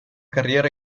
carriera